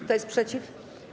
Kto jest przeciw?